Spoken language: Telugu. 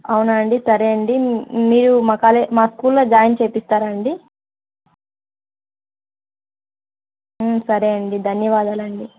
అవునా అండి సరే అండి మీరు మా కాలే మా స్కూల్లో జాయిన్ చేయిస్తారా అండి సరే అండి ధన్యవాదాలండి